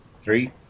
three